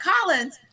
Collins